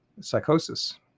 psychosis